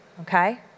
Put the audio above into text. okay